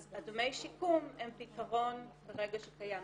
אז דמי השיקום הם פתרון כרגע שקיים.